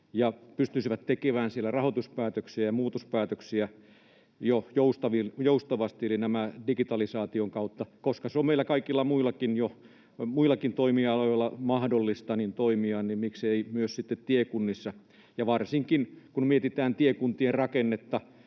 ja pystyisivät tekemään siellä rahoituspäätöksiä ja muutospäätöksiä joustavasti eli digitalisaation kautta. Koska se on jo kaikilla muillakin toimialoilla mahdollista, niin miksi ei myös sitten tiekunnissa? Kun mietitään tiekuntien rakennetta,